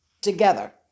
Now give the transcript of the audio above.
together